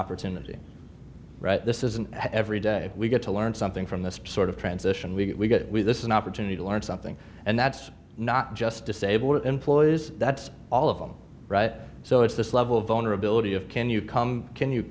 opportunity this is an every day we get to learn something from this sort of transition we get with this is an opportunity to learn something and that's not just disabled employees that's all of them right so it's this level of vulnerability of can you come can you